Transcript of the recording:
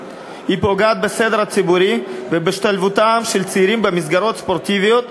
היא פוגעת בסדר הציבורי ובהשתלבותם של צעירים במסגרות ספורטיביות,